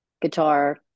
guitar